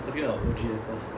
talking about O_G at first